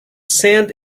sand